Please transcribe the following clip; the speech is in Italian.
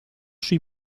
sui